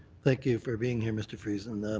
thank you for being here, mr. friesen.